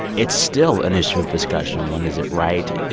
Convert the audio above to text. it's still an issue of discussion. when is it right?